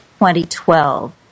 2012